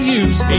use